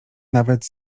nawet